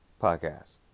podcast